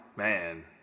Man